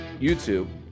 YouTube